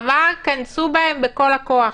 אמר: כנסו בהם בכל הכוח.